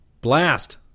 Blast